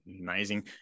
amazing